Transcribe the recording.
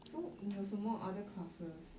so 你有什么 other classes